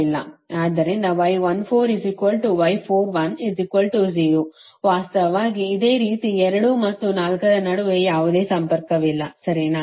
ಆದ್ದರಿಂದ ವಾಸ್ತವವಾಗಿ ಇದೇ ರೀತಿ 2 ಮತ್ತು 4 ರ ನಡುವೆ ಯಾವುದೇ ಸಂಪರ್ಕವಿಲ್ಲ ಸರಿನಾ